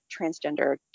transgender